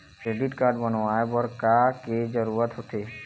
Credit card बनवाए बर का के जरूरत होते?